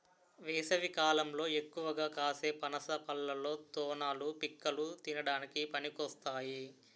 వేసవికాలంలో ఎక్కువగా కాసే పనస పళ్ళలో తొనలు, పిక్కలు తినడానికి పనికొస్తాయి